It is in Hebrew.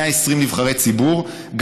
120 נבחרי ציבור,